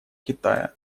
китая